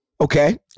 Okay